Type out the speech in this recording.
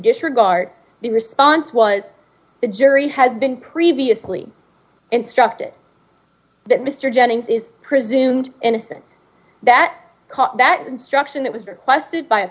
disregard the response was the jury has been previously instructed that mr jennings is presumed innocent that cause that instruction that was requested by a